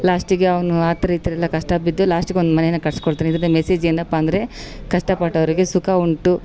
ಲಾಸ್ಟಿಗೆ ಅವನ ಆ ಥರ ಈ ಥರಯೆಲ್ಲ ಕಷ್ಟ ಬಿದ್ದು ಲಾಸ್ಟಿಗೆ ಒಂದು ಮನೇನ ಕಟ್ಸಿಕೊಳ್ತಾನೆ ಇದಾದ ಮೆಸೇಜ್ ಏನಪ್ಪ ಅಂದರೆ ಕಷ್ಟ ಪಟ್ಟೋರಿಗೆ ಸುಖ ಉಂಟು